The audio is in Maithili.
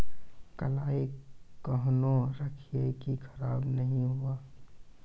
कलाई केहनो रखिए की खराब नहीं हुआ?